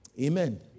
Amen